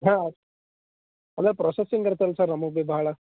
ಹಾಂ ಅಲ್ಲ ಪ್ರೊಸಸಿಂಗ್ ಐತಲ್ಲ ಸರ್ ನಮ್ಮದು ಭಾಳ